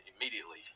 immediately